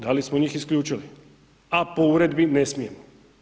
Da li smo njih isključili a po uredbi ne smijemo?